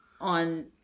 on